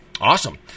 Awesome